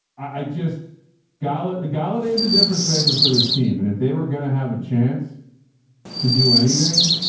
i just gala. golladay's a difference maker for this team. and if they were going to have a chance to do anything,